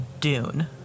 Dune